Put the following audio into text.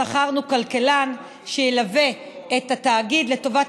שכרנו כלכלן שילווה את התאגיד לטובת